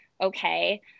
okay